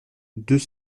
deux